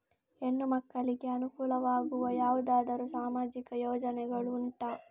ಹೆಣ್ಣು ಮಕ್ಕಳಿಗೆ ಅನುಕೂಲವಾಗುವ ಯಾವುದಾದರೂ ಸಾಮಾಜಿಕ ಯೋಜನೆಗಳು ಉಂಟಾ?